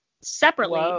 separately